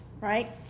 right